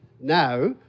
now